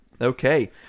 Okay